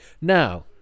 Now